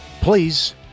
Please